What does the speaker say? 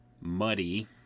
muddy